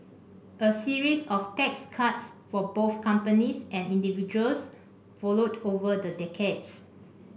a series of tax cuts for both companies and individuals followed over the decades